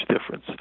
difference